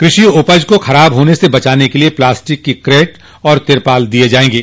कृषि उपजों को खराब होने से बचाने के लिए प्लास्टिक की क्रेट और तिरपाल दिये जायेंगे